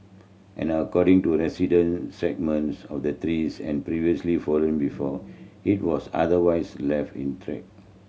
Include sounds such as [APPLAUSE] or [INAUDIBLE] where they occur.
and according to resident segments of the trees and previously fallen before it was otherwise left [UNINTELLIGIBLE]